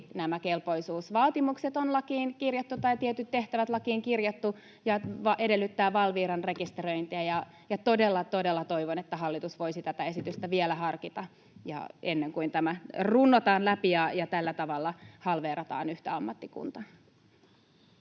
nämä kelpoisuusvaatimukset tai tietyt tehtävät on lakiin kirjattu ja edellytetään Valviran rekisteröintiä. Todella todella toivon, että hallitus voisi tätä esitystä vielä harkita ennen kuin tämä runnotaan läpi ja tällä tavalla halveerataan yhtä ammattikuntaa.